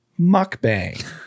mukbang